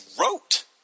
wrote